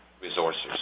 resources